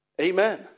Amen